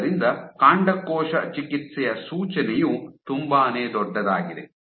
ಆದ್ದರಿಂದ ಕಾಂಡಕೋಶ ಚಿಕಿತ್ಸೆಯ ಸೂಚನೆಯು ತುಂಬಾನೇ ದೊಡ್ಡದಾಗಿದೆ